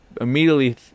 immediately